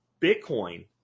Bitcoin